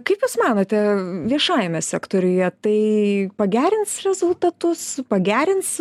kaip jūs manote viešajame sektoriuje tai pagerins rezultatus pagerins